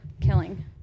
killing